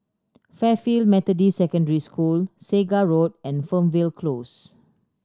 Fairfield Methodist Secondary School Segar Road and Fernvale Close